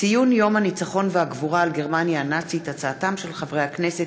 התשע"ז 2017, מאת חברת הכנסת